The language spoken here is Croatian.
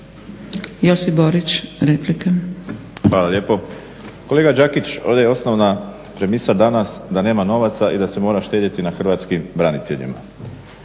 Josip (HDZ)** Hvala lijepo. Kolega Đakić, ovdje je osnovna premisa danas da nema novaca i da se mora štedjeti na hrvatskim braniteljima.